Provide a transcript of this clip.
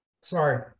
sorry